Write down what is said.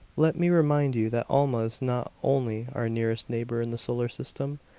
let me remind you that alma is not only our nearest neighbor in the solar system,